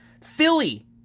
Philly